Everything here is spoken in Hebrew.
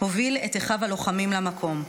הוביל את אחיו הלוחמים למקום.